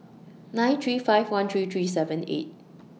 nine three five one three three seven eight